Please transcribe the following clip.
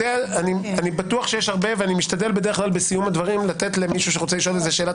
בטוח שיש הרבה ומשתדל בסיום הדברים לתת למישהו שרוצה שאלת